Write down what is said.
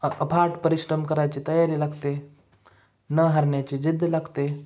अ अफाट परिश्रम करायची तयारी लागते न हरण्याची जिद्द लागते